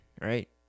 right